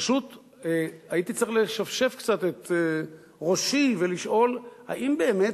פשוט הייתי צריך לשפשף קצת את ראשי ולשאול: האם באמת